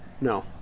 No